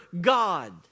God